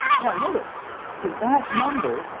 now notice to that number,